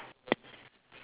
ya one guy ah same